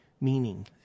meaning